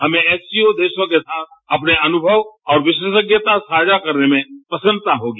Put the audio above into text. हमें एससीओ देशों के साथ अपने अनुभव और विशेषज्ञता साझा करने में प्रसन्नता होगी